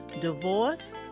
divorce